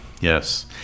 yes